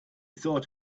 thought